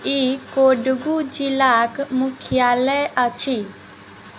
ई कोडगू जिलाक मुख्यालय अछि